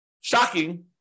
shocking